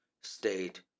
state